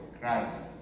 Christ